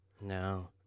No